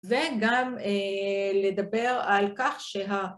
וגם לדבר על כך שה...